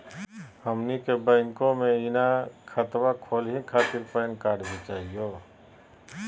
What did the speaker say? हमनी के बैंको महिना खतवा खोलही खातीर पैन कार्ड भी चाहियो?